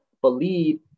believe